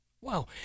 Wow